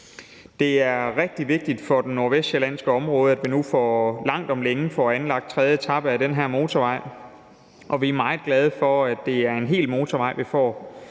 Det er rigtig vigtigt for det nordvestsjællandske område, at vi nu langt om længe får anlagt tredje etape af den her motorvej, og vi er meget glade for, at det er en hel motorvej, vi får.